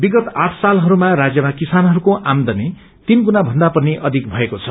विगत आठ सालहरूमा राज्यमा किसानहरूको आमदानी तीन गुणाभन्दा पनि अधिक भएको छ